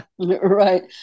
Right